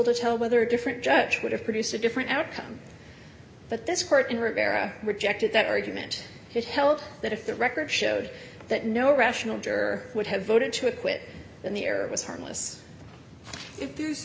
to tell whether a different judge would have produced a different outcome but this court in rivera rejected that argument it held that if the record showed that no rational juror would have voted to acquit then the error was harmless if the